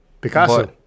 Picasso